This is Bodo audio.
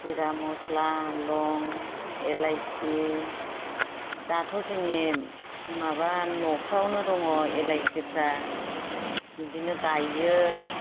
जिरा मस्ला लं एलाइसि दाथ' जोंनि माबा न'फ्रावनो दङ एलायसिफ्रा बेदिनो गाइयो